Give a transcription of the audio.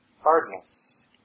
hardness